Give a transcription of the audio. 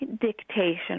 dictation